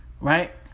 Right